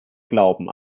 glauben